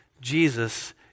Jesus